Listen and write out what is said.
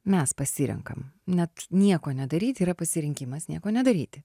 mes pasirenkam net nieko nedaryti yra pasirinkimas nieko nedaryti